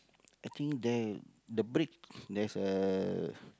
I think there the brick there's a